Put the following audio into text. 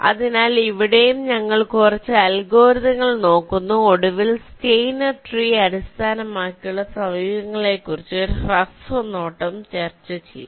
അതിനാൽ ഇവിടെയും ഞങ്ങൾ കുറച്ച് അൽഗോരിതങ്ങൾ നോക്കുന്നു ഒടുവിൽ സ്റ്റെയ്നർ ട്രീ അടിസ്ഥാനമാക്കിയുള്ള സമീപനങ്ങളെക്കുറിച്ച് ഒരു ഹ്രസ്വ നോട്ടം ചർച്ചചെയ്യും